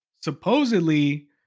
Supposedly